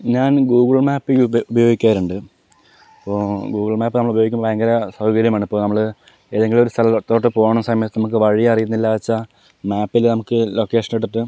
ഞാൻ Google map ഉപ ഉപയോഗിക്കാറുണ്ട് അപ്പോൾ ഗൂഗിൾ മാപ്പ് നമ്മൾ ഉപയോഗിക്കുമ്പോൾ ഭയങ്കര സൗകര്യമാണ് ഇപ്പോൾ നമ്മള് ഏതെങ്കിലുമൊരു സ്ഥലത്തോട്ട് പോകണ സമയത്ത് നമുക്ക് വഴി അറിയുന്നില്ലാച്ചാ മാപ്പില് നമുക്ക് ലൊക്കേഷൻ ഇട്ടിട്ട്